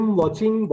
watching